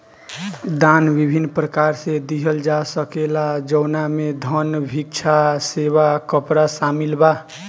दान विभिन्न प्रकार से लिहल जा सकेला जवना में धन, भिक्षा, सेवा, कपड़ा शामिल बा